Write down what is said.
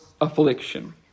affliction